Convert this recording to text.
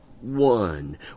one